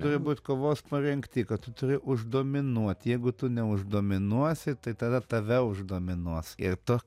turi būt kovos parengty kad tu turi uždominuot jeigu tu neuždominuosi tai tada tave uždominuos ir tu